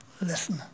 listen